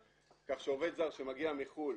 כך שעובד זר שמגיע מחו"ל,